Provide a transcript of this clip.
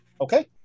Okay